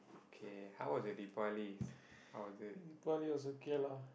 K how was your Deepavali how was it